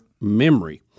memory